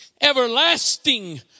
everlasting